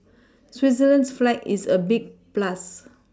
Switzerland's flag is a big plus